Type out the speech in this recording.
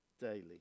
daily